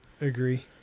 agree